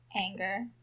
Anger